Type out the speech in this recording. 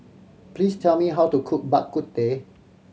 please tell me how to cook Bak Kut Teh